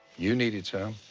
you needed some.